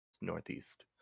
Northeast